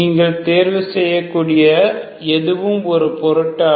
நீங்கள் தேர்வுசெய்யக்கூடிய எதுவும் ஒரு பொருட்டு அல்ல